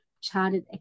Chartered